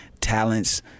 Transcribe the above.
talents